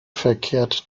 verkehrt